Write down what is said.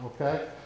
okay